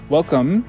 Welcome